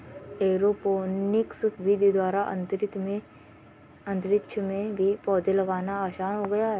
aeroponics विधि द्वारा अंतरिक्ष में भी पौधे लगाना आसान हो गया है